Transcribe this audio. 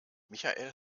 michael